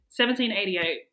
1788